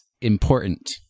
important